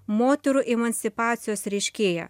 moterų emancipacijos reiškėja